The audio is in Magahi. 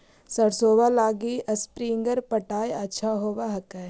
सरसोबा लगी स्प्रिंगर पटाय अच्छा होबै हकैय?